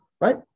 right